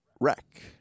wreck